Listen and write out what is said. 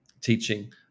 teaching